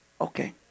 Okay